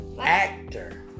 actor